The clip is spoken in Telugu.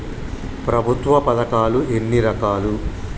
ప్రభుత్వ పథకాలు ఎన్ని రకాలు?